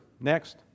next